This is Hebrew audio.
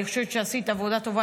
אני חושבת שעשית עבודה טובה.